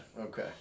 okay